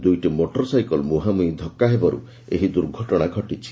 ଦୁଇଟି motor cycle ମୁହାଁମୁହିଁ ଧକ୍ଷା ହେବାରୁ ଏହି ଦୁର୍ଘଟଣା ଘଟିଛି